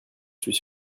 suis